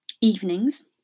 evenings